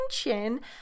attention